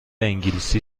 انگلیسی